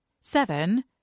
Seven